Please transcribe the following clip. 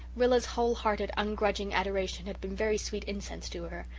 rilla's whole-hearted, ungrudging adoration had been very sweet incense to her.